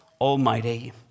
Almighty